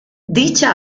dicha